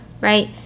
right